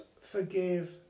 forgive